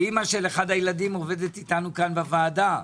ואימא של אחד הילדים עובדת אתנו כאן בוועדה.